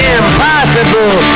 impossible